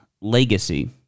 legacy